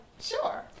Sure